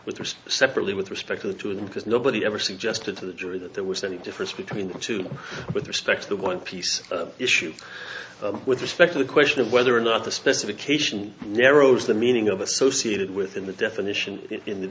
risk separately with respect to the two of them because nobody ever suggested to the jury that there was any difference between the two with respect to the one piece issue with respect to the question of whether or not the specification narrows the meaning of associated within the definition in the